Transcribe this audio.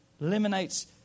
Eliminates